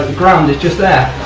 ground is just there.